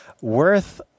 worth